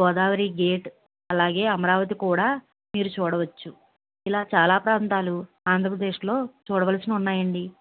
Godavari gate అలాగే అమరావతి కూడా మీరు చూడవచ్చు ఇలా చాలా ప్రాంతాలు ఆంధ్రప్రదేశ్లో చూడవలసినవి ఉన్నాయండి